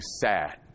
sad